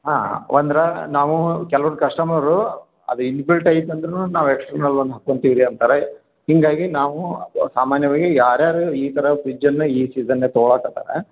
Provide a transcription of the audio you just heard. ಹಾಂ ಒಂದ್ರ ನಾವು ಕೆಲ್ವೊಂದು ಕಸ್ಟಮರು ಅದು ಇನ್ಬಿಲ್ಟ್ ಆಗಿತ್ತು ಅಂದರೂನು ನಾವು ಎಕ್ಸ್ಟ್ರನಲ್ ಒಂದು ಹಾಕೊಳ್ತೀವಿ ಅಂತಾರೆ ಹೀಗಾಗಿ ನಾವು ಅದು ಸಾಮಾನ್ಯವಾಗಿ ಯಾರು ಯಾರು ಈ ಥರ ಫ್ರಿಜ್ಜನ್ನ ಈ ಸೀಝನಲ್ಲಿ ತಗೊಳಕತ್ತಾರೆ